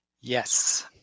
yes